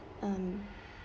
um